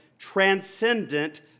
transcendent